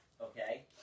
okay